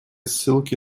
ссылки